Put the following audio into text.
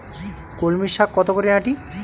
কলমি শাখ কত করে আঁটি?